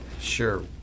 Sure